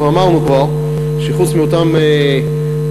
אנחנו אמרנו כבר שחוץ מאותן סיבות